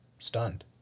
stunned